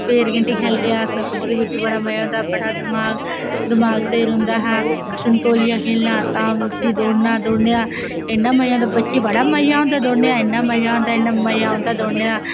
फिर गीह्टे खेल्लदे बड़ा मज़ा औंदा बड़ा दमाक स्हेई रौहंदा हा संतोलिया खेलना तां बी दौड़ना दौड़ने दा इन्ना मज़ा आंदा बड़ा मज़ा आंदा दौड़ने दा इन्ना मज़ा आंदा इन्ना मज़ा आंदा दौड़ने दा